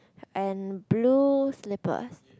and blue slippers